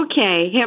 Okay